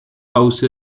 house